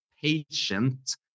patient